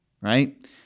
right